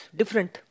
different